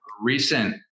recent